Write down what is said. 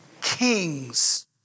kings